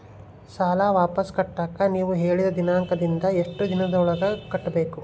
ಸಾಲ ವಾಪಸ್ ಕಟ್ಟಕ ನೇವು ಹೇಳಿದ ದಿನಾಂಕದಿಂದ ಎಷ್ಟು ದಿನದೊಳಗ ಕಟ್ಟಬೇಕು?